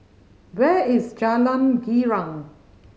where is Jalan Girang